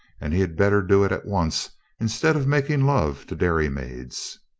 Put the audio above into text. and he had better do it at once instead of mak ing love to dairymaids.